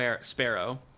Sparrow